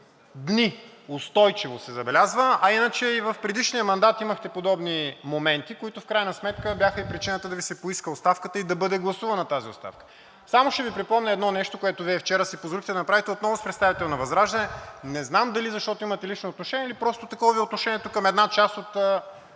дни, устойчиво се забелязва. А иначе и в предишния мандат имахте подобни моменти, които в крайна сметка бяха и причината да Ви се поиска оставката и да бъде гласувана тази оставка. Само ще Ви припомня едно нещо, което Вие вчера си позволихте да направите, отново с представител на ВЪЗРАЖДАНЕ – не знам дали защото имате лично отношение, или просто такова Ви е отношението към една част от